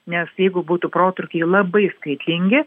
nes jeigu būtų protrūkiai labai skaitlingi